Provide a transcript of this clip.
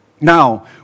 Now